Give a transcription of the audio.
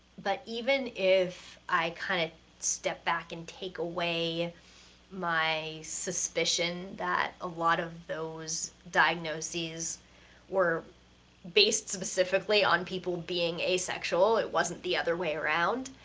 but even if i kinda kind of step back and take away my suspicion that a lot of those diagnoses were based specifically on people being asexual, it wasn't the other way around,